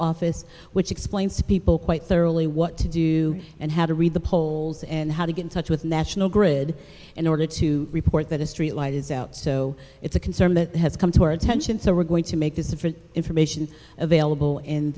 office which explains to people quite thoroughly what to do and how to read the polls and how to get in touch with national grid in order to report that a street light is out so it's a concern that has come to our attention so we're going to make this of information available